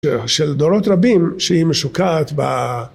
של דורות רבים שהיא משוקעת ב...